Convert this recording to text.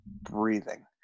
breathing